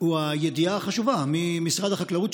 היא הידיעה החשובה ממשרד החקלאות,